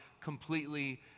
completely